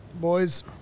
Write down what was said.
boys